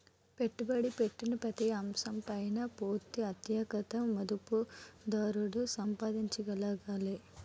పెట్టుబడి పెట్టిన ప్రతి అంశం పైన పూర్తి ఆధిక్యత మదుపుదారుడు సంపాదించగలగాలి